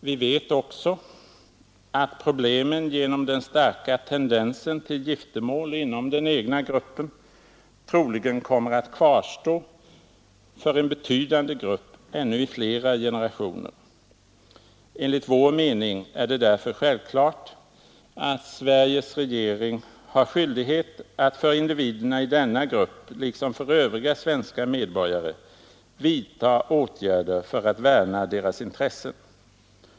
Vi vet också att problemen genom den starka tendensen till giftermål inom den egna gruppen troligen kommer att kvarstå för en betydande grupp ännu i flera generationer. Enligt vår mening är det därför självklart att Sveriges regering har skyldighet att för individerna i denna grupp liksom för övriga svenska medborgare vidta åtgärder för att värna deras intressen.